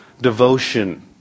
devotion